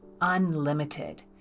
Unlimited